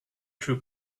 true